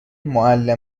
معلم